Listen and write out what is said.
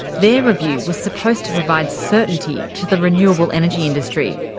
their review was supposed to provide certainty to the renewable energy industry.